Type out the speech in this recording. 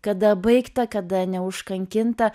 kada baigta kada neužkankinta